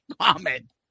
comment